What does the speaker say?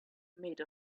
made